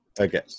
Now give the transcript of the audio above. Okay